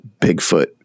Bigfoot